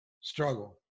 struggle